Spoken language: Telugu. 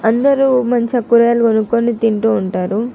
అందరూ మంచిగా కూరగాయలు కొనుక్కుని తింటూ ఉంటారు